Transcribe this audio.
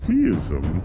Theism